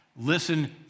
listen